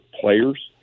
players